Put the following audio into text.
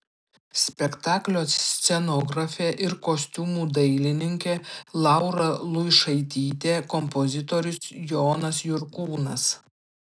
spektaklio scenografė ir kostiumų dailininkė laura luišaitytė kompozitorius jonas jurkūnas